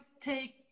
take